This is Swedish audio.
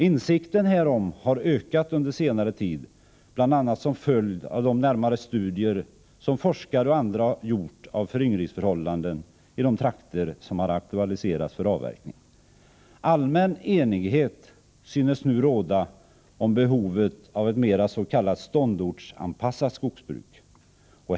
Insikten härom har ökat under senare tid, bl.a. som följd av de närmare studier som forskare och andra har gjort av föryngringsförhållanden i de trakter som har aktualiserats för avverkning. Allmän enighet synes nu råda om behovet av ett mera s.k. ståndortsanpassad skogsbruk.